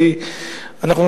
כי אנחנו,